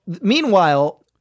Meanwhile